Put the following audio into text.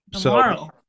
Tomorrow